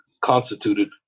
constituted